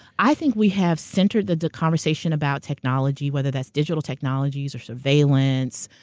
i think we have centered the conversation about technology, whether that's digital technologies, or surveillance,